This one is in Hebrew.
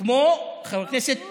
כמו חבר הכנסת פינדרוס,